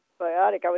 biotic